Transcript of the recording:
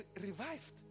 revived